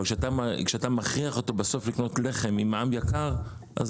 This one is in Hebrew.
אבל כשאתה מכריח אותו בסוף לקנות לחם עם מע"מ יקר אז